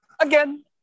Again